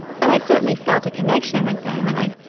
but i certainly felt a connection with them, and i,